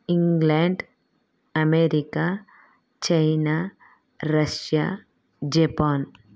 England America China Russia Japan